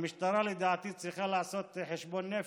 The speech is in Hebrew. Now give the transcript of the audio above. המשטרה, לדעתי, צריכה לעשות חשבון נפש,